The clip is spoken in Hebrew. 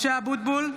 (קוראת בשמות חברי הכנסת) משה אבוטבול,